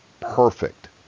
perfect